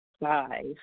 five